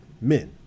men